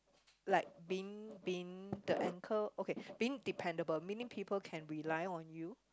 like being being the anchor okay being dependable meaning people can rely on you